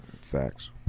Facts